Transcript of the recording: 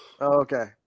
Okay